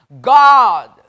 God